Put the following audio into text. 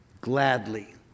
gladly